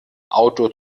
auto